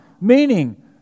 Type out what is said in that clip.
Meaning